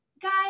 Guys